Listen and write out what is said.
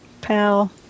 pal